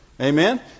Amen